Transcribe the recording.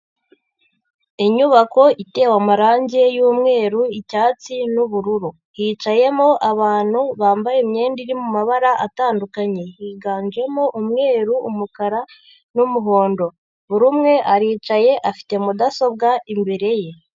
Inyubako itewe amarangi y'umweru, icyatsi n'ubururu, hicayemo abantu bambaye imyenda iri mu mabara atandukanye yiganjemo umweru, umukara n'umuhondo, buri umwe aricaye afite mudasobwa imbere ye.